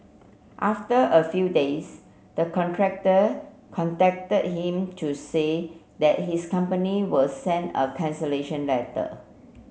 after a few days the contractor contacted him to say that his company will send a cancellation letter